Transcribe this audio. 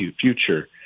future